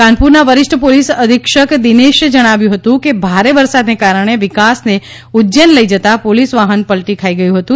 કાનપુરના વરિષ્ઠ પોલીસ અધિક્ષક દિનેશે જણાવ્યું હતું કે ભારે વરસાદને કારણે વિકાસને ઉજ્જૈન લઈ જતા પોલીસ વાહન પલટી ખાઈ ગયું હતું